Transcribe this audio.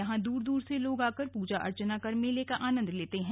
यहां दूर दूर से लोग आकर पूजा अर्चना कर मेले का आनंद लेते हैं